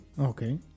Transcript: Okay